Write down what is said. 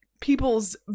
people's